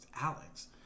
Alex